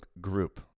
group